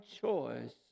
choice